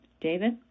David